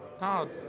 no